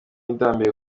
ndambiwe